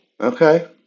Okay